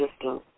system